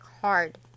hard